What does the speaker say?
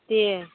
देह